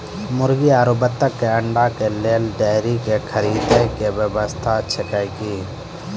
मुर्गी आरु बत्तक के अंडा के लेल डेयरी के खरीदे के व्यवस्था अछि कि?